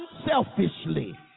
unselfishly